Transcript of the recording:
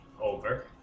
over